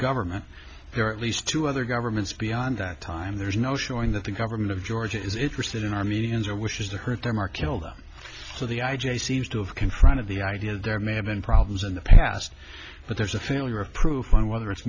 government or at least two other governments beyond that time there's no showing that the government of georgia is interested in armenians or wishes to hurt them or kill them so the i j a seems to have confronted the idea that there may have been problems in the past but there's a failure of proof on whether it's